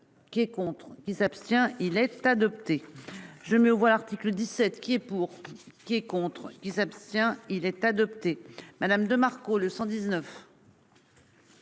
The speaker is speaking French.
Qui est contre qui s'abstient. Il est adopté. Je mets aux voix l'article 17 qui est pour. Qui est contre qui s'abstient il est adopté. Madame de Marco le 119.